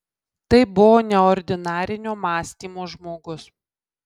tai buvo neordinarinio mąstymo žmogus